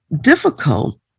difficult